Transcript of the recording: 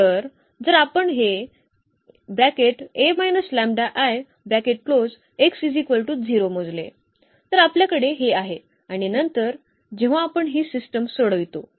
तर जर आपण हे मोजले तर आपल्याकडे हे आहे आणि नंतर जेव्हा आपण ही सिस्टम सोडवितो